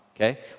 okay